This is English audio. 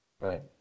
Right